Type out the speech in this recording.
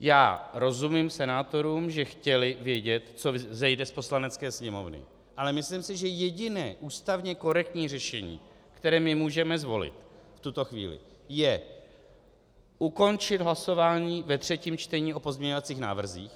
Já rozumím senátorům, že chtěli vědět, co vzejde z Poslanecké sněmovny, ale myslím si, že jediné ústavně korektní řešení, které my můžeme zvolit v tuto chvíli, je ukončit hlasování ve třetím čtení o pozměňovacích návrzích,